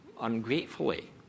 ungratefully